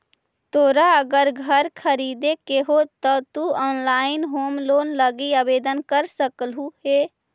तोरा अगर घर खरीदे के हो त तु ऑनलाइन होम लोन लागी आवेदन कर सकलहुं हे